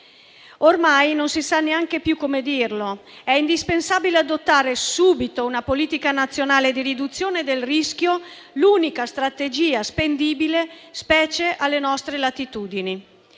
Ormai non si sa neanche più come dirlo: è indispensabile adottare subito una politica nazionale di riduzione del rischio, l'unica strategia spendibile, specie alle nostre latitudini.